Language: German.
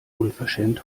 unverschämt